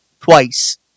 twice